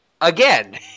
again